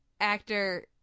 actor